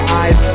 eyes